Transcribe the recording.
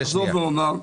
סעיפים.